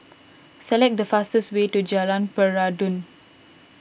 select the fastest way to Jalan Peradun